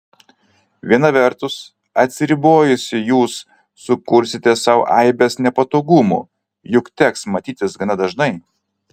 viena vertus atsiribojusi jūs sukursite sau aibes nepatogumų juk teks matytis gana dažnai